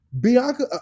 Bianca